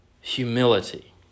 humility